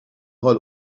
حال